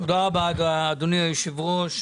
תודה רבה, אדוני היושב-ראש.